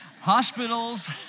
Hospitals